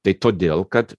tai todėl kad